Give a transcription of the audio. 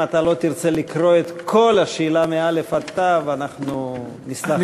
אם לא תרצה לקרוא את כל השאלה מאלף ועד תיו אנחנו נסלח לך.